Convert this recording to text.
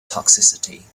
toxicity